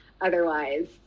otherwise